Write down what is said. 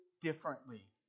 differently